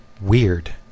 weird